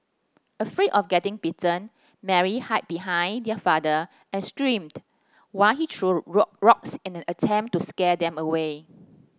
afraid of getting bitten Mary hid behind their father and screamed while he threw rock rocks in an attempt to scare them away